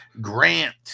Grant